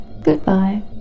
Goodbye